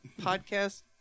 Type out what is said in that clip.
podcast